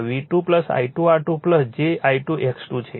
તેથી અહીં ફક્ત KVL એપ્લાય કરો